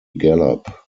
gallop